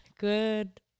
Good